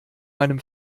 meinem